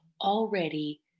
already